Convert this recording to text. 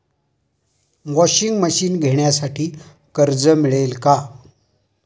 Washing machine घेण्यासाठी कर्ज मिळेल का?